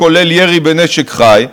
כולל ירי בנשק חי,